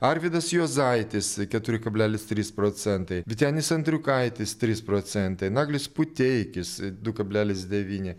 arvydas juozaitis keturi kablelis trys procentai vytenis andriukaitis trys procentai naglis puteikis du kablelis devyni